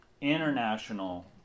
International